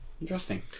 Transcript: Interesting